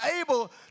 able